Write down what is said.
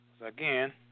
again